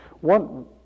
One